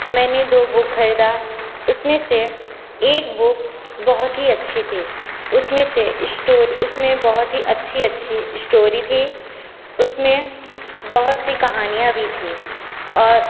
मैंने दो बुक खरीदा उसमें से एक बुक बहुत ही अच्छी थी उसमें से इश्टोरी उसमें बहुत ही अच्छी अच्छी इश्टोरी थी उसमें बहुत सी कहानीयाँ भी थीं और